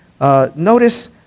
notice